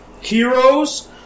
heroes